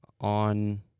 on